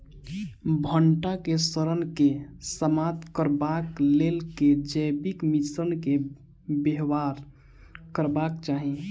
भंटा केँ सड़न केँ समाप्त करबाक लेल केँ जैविक मिश्रण केँ व्यवहार करबाक चाहि?